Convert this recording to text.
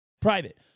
private